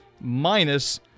minus